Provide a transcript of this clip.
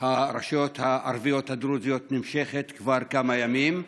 הרשויות הערביות-הדרוזיות, נמשכת כבר כמה ימים.